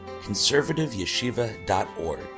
conservativeyeshiva.org